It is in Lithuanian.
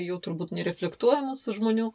jau turbūt nereflektuojamas žmonių